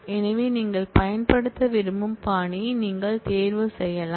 எனவே நீங்கள் பயன்படுத்த விரும்பும் பாணியை நீங்கள் தேர்வு செய்யலாம்